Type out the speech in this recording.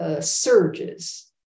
surges